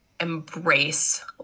Embrace